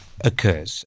occurs